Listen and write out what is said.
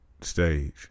stage